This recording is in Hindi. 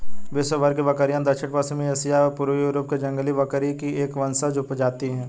विश्वभर की बकरियाँ दक्षिण पश्चिमी एशिया व पूर्वी यूरोप की जंगली बकरी की एक वंशज उपजाति है